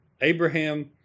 Abraham